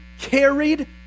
carried